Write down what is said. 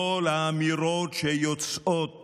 כל האמירות שיוצאות